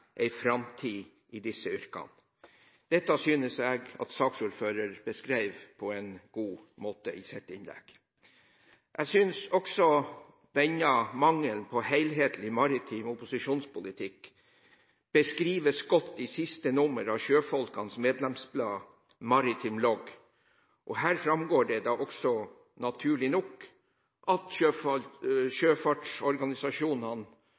planlegger en framtid i disse yrkene. Dette synes jeg at saksordføreren beskrev på en god måte i sitt innlegg. Jeg synes også denne mangelen på helhetlig maritim opposisjonspolitikk beskrives godt i siste nummer av sjøfolkenes medlemsblad – Maritime Logg. Her framgår det da også naturlig nok at